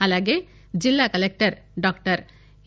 అలాగే జిల్లా collector doctor ఎ